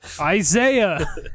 Isaiah